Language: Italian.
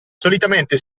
solitamente